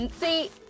See